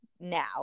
now